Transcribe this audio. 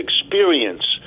experience